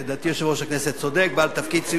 לדעתי, יושב-ראש הכנסת צודק, בעל תפקיד,